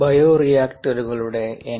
ബയോറിയാക്റ്ററുകളുടെ N